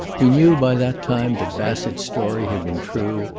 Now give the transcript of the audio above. he knew by that time that bassett's story had been true,